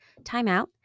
timeout